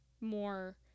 more